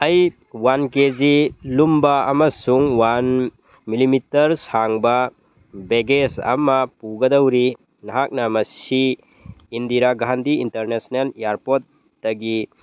ꯑꯩ one K G ꯂꯨꯝꯕ ꯑꯃꯁꯨꯡ ꯋꯥꯟ ꯃꯤꯂꯤꯃꯤꯇꯔ ꯁꯥꯡꯕ ꯕꯦꯒꯦꯖ ꯑꯃ ꯄꯨꯒꯗꯧꯔꯤ ꯅꯍꯥꯛꯅ ꯃꯁꯤ ꯏꯟꯗꯤꯔꯥ ꯒꯥꯟꯙꯤ ꯏꯟꯇꯔꯅꯦꯁꯅꯦꯜ ꯏꯌꯔꯄꯣꯔꯠꯇꯒꯤ